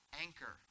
anchor